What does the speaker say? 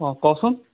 অঁ ক'চোন